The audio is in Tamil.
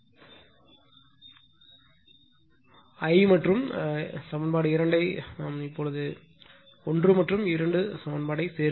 1 மற்றும் 2 சமன்பாட்டை சேர்க்கவும்